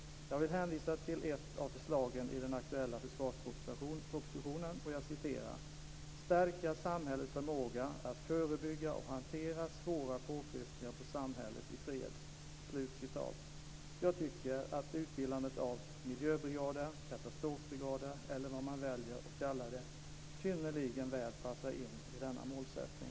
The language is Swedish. Jag vill hänvisa till ett av förslagen i den aktuella försvarspropositionen, där det sägs att ett av målen skall vara att "stärka samhällets förmåga att förebygga och hantera svåra påfrestningar på samhället i fred". Jag tycker att utbildandet av miljöbrigader, katastrofbrigader eller vad man väljer att kalla det synnerligen väl passar in denna målsättning.